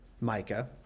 Micah